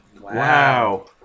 Wow